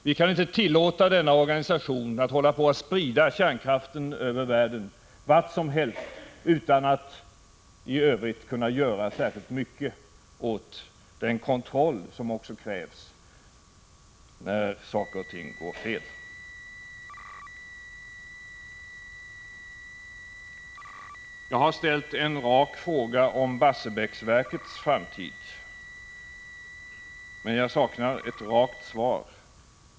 Vi kan inte tillåta denna organisation att sprida kärnkraften över världen — vart som helst — utan att i övrigt kunna vidta de särskilda kontroller som också krävs då saker och ting går fel. Jag har ställt en rak fråga om Barsebäcksverkets framtid, men jag saknar ett rakt svar.